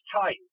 tight